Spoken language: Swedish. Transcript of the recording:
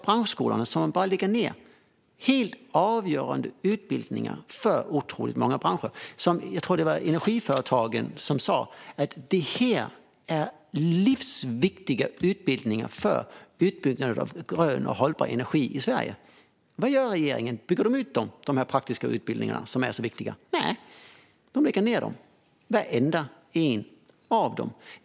Man lägger nu ned helt avgörande utbildningar för otroligt många branscher. Jag tror att det var Energiföretagen som sa att det här är livsviktiga utbildningar för utbyggnaden av grön och hållbar energi i Sverige. Vad gör regeringen? Bygger man ut de praktiska utbildningarna som är så viktiga? Nej, de lägger ned varenda en av dem.